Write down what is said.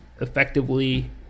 effectively